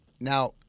Now